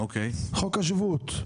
חוק השבות.